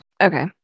Okay